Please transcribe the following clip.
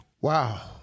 Wow